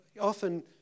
often